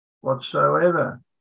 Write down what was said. whatsoever